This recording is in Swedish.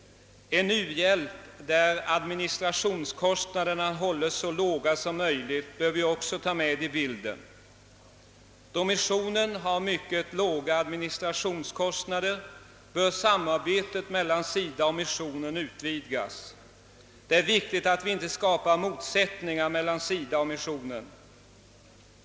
En u-hjälp, där administrationskostnaderna hålles så låga som möjligt, hör också med i bilden. Då missionen har mycket låga administrationskostnader, bör samarbetet mellan SIDA och missionen utvidgas. Det är viktigt att vi inte skapar motsättningar härvidlag.